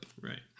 right